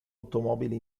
automobile